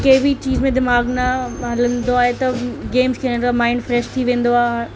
कंहिं बि चीज में दिमाग़ न हलंदो आहे त गेम्स खेॾण सां माइंड फ्रैश थी वेंदो आहे